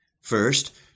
First